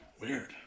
Weird